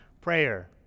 prayer